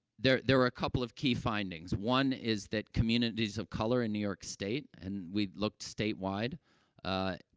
there there were a couple of key findings. one is that communities of color in new york state and we've looked statewide ah,